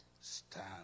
Stand